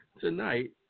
tonight